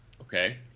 Okay